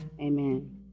Amen